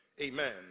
Amen